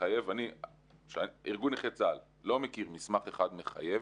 מחייב ארגון נכי צה"ל לא מכיר מסמך אחד מחייב